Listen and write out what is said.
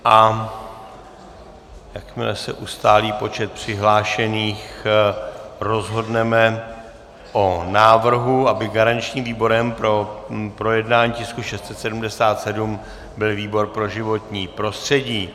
Jakmile se ustálí počet přihlášených, rozhodneme o návrhu, aby garančním výborem pro projednání tisku 677 byl výbor pro životní prostředí.